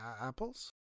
apples